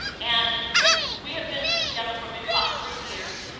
and we have been together for maybe about three years.